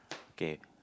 okay